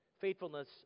faithfulness